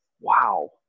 wow